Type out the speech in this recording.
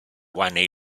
one